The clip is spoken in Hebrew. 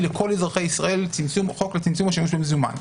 לכל אזרחי ישראל: חוק לצמצום השימוש במזומן.